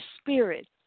spirit